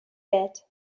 bit